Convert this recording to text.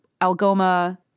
Algoma